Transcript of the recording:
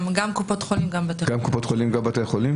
גם קופות חולים, גם בתי חולים.